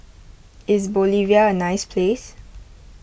is Bolivia a nice place